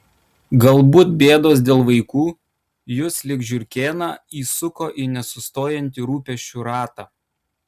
galbūt bėdos dėl vaikų jus lyg žiurkėną įsuko į nesustojantį rūpesčių ratą